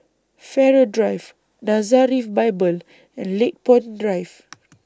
Farrer Drive Nazareth Bible and Lakepoint Drive